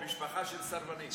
משפחה של סרבנים.